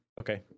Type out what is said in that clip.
okay